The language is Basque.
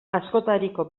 askotariko